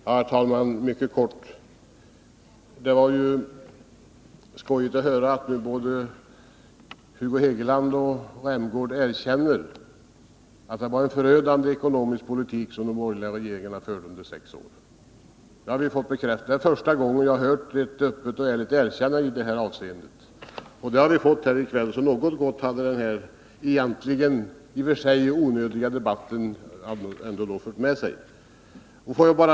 Herr talman! Mycket kort: Det var ju skojigt att höra att både Hugo Hegeland och Rolf Rämgård nu erkänner att det var en förödande ekonomisk politik som de borgerliga regeringarna förde under sex år. Nu har vi det bekräftat, och det är första gången jag har hört ett öppet och ärligt erkännande i det avseendet. Det har vi alltså fått i kväll, så något gott har den här i och för sig onödiga debatten ändå fört med sig.